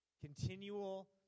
Continual